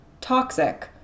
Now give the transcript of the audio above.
toxic